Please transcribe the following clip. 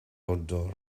odor